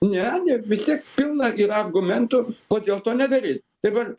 ne ne vis tiek pilna yra argumentų kodėl to nedaryt tai va